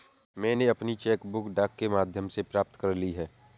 मैनें अपनी cheque book डाक के माध्यम से प्राप्त कर ली है